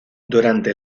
durante